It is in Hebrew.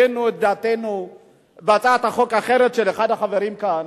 הבאנו את דעתנו בהצעת חוק אחרת של אחד החברים כאן.